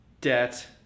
debt